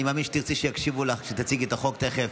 אני מאמין שתרצי שיקשיבו לך כשתציגי את החוק תכף,